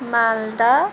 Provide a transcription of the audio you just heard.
Malda